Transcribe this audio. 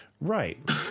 Right